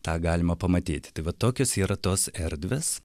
tą galima pamatyt tai va tokios yra tos erdvės